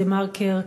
ב"דה מרקר",